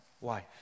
wife